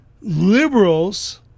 liberals